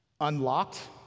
unlocked